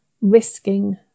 risking